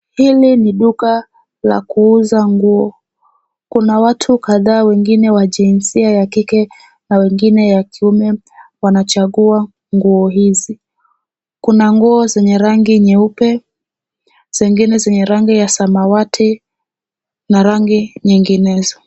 Hili ni duka la kuuza nguo. Kuna watu kadhaa wengine wa jinsia ya kike na wengine ya kiume wanachagua nguo hizi. Kuna nguo zenye rangi nyeupe, zingine zenye rangi ya samawati na rangi nyinginezo.